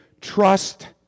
trust